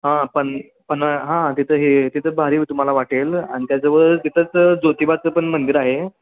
हां पन पन हां तिथं हे तिथं भारी तुम्हाला वाटेल आणि त्याजवळ तिथंच ज्योतिबाचं पण मंदिर आहे